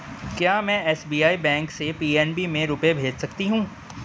क्या में SBI bank से पी.एन.बी में रुपये भेज सकती हूँ?